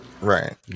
right